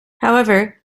however